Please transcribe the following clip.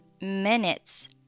minutes